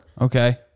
Okay